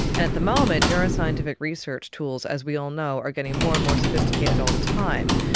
and at the moment, neuroscientific research tools, as we all know, are getting more and more sophisticated all the time,